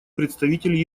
представитель